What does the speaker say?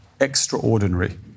extraordinary